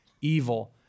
evil